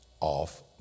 off